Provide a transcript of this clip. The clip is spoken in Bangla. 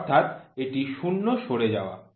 অর্থাৎ এটি শূন্য সরে যাওয়া